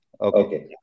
Okay